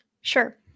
Sure